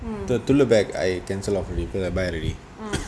the tooler bag I cancel off already cause I buy already